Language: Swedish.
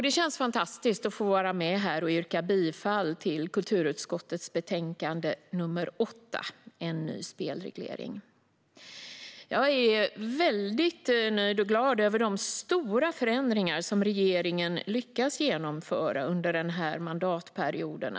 Det känns fantastiskt att få vara med och yrka bifall till förslaget i kulturutskottets betänkande nr 8 om en ny spelreglering. Jag är väldigt nöjd och glad över de stora förändringar som regeringen lyckats genomföra under den här mandatperioden.